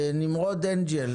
נמרוד אנגל.